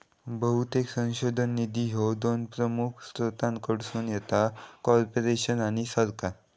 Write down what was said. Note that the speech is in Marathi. बहुतेक संशोधन निधी ह्या दोन प्रमुख स्त्रोतांकडसून येतत, कॉर्पोरेशन आणि सरकार